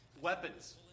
weapons